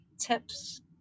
tips